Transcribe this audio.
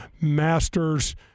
masters